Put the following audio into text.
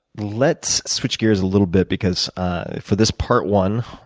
let's switch gears a little bit because for this part one,